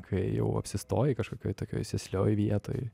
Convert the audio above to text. kai jau apsistoji kažkokioj tokioj sėslioj vietoj